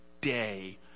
day